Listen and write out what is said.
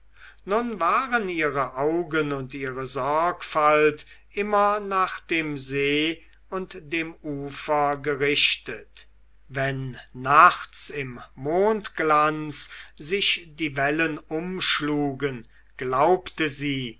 nun waren ihre augen und ihre sorgfalt immer nach dem see und dem ufer gerichtet wenn nachts im mondglanz sich die wellen umschlugen glaubte sie